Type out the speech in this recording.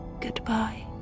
Goodbye